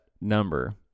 number